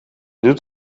doet